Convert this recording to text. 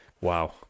wow